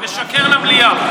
לשקר למליאה.